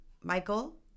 Michael